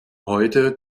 heute